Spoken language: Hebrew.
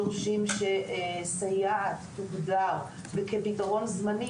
כפתרון זמני,